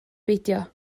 beidio